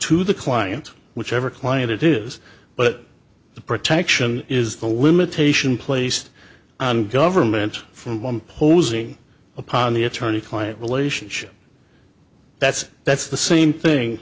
to the client whichever client it is but the protection is the limitation placed on government for one posing upon the attorney client relationship that's that's the same thing